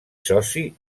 soci